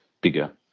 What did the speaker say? bigger